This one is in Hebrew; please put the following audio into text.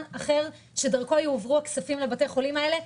אחר שדרכו יעברו הכספים לבתי החולים האלה,